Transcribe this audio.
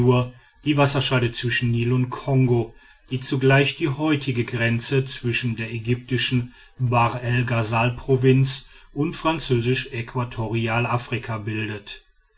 die wasserscheide zwischen nil und kongo die zugleich die heutige grenze zwischen der ägyptischen bahr el ghasalprovinz und französisch äquatorialafrika bildet